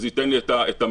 שזה ייתן לי את המידע?